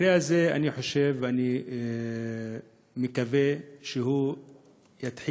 המקרה הזה, אני חושב ואני מקווה שהוא יתחיל